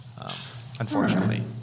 unfortunately